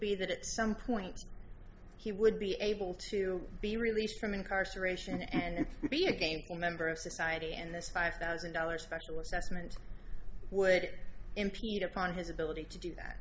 be that at some point he would be able to be released from incarceration and be again a member of society and this five thousand dollars special assessment would impede upon his ability to do that